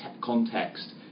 context